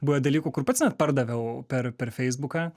buvę dalykų kur pats net pardaviau per per feisbuką